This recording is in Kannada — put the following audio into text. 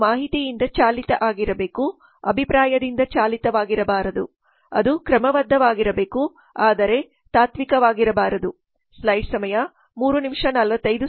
ಇದು ಮಾಹಿತಿಯಿಂದ ಚಾಲಿತ ಆಗಿರಬೇಕು ಅಭಿಪ್ರಾಯದಿಂದ ಚಾಲಿತವಾಗಿರಬಾರದು ಮತ್ತು ಅದು ಕ್ರಮಬದ್ಧವಾಗಿರಬೇಕು ಆದರೆ ತಾತ್ವಿಕವಾಗಿರಬಾರದು